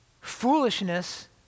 Foolishness